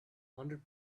hundred